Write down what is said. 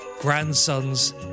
grandson's